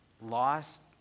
lost